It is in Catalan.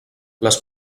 les